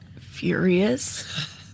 Furious